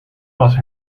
was